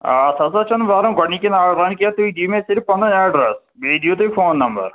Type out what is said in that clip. اتھ ہسا چھُنہٕ بَرُن گۄڈٕنِکیٚن آرڈرَن کیٚنٛہہ تُہۍ دِیِو مےٚ صرف پنُن ایٚڈرَس بیٚیہِ دِیِو تُہۍ فون نمبر